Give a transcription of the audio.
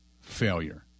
failure